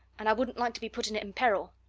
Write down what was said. and i wouldn't like to be putting it in peril.